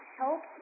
help